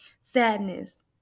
sadness